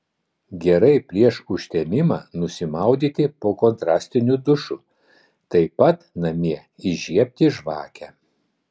gerai prieš užtemimą nusimaudyti po kontrastiniu dušu taip pat namie įžiebti žvakę